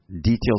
details